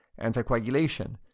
anticoagulation